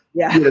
yeah.